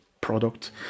product